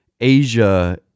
Asia